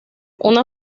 una